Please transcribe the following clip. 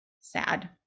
sad